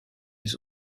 les